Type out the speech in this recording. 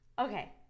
Okay